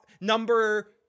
number